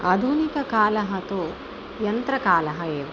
आधुनिककालः तु यन्त्रकालः एव